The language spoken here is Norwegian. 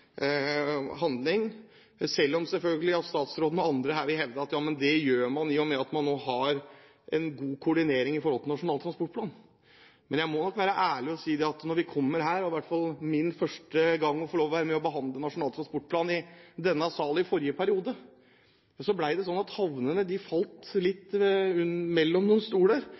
handling – selv om selvfølgelig statsråden og andre her vil hevde at det får man, i og med at man nå har en god koordinering i forhold til Nasjonal transportplan. Men jeg må nok være ærlig og si at da jeg for første gang fikk lov til å være med og behandle Nasjonal transportplan i denne salen i forrige periode, var det slik at havnene falt litt mellom noen stoler.